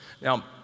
Now